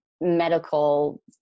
medical